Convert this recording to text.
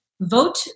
vote